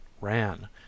ran